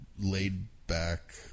laid-back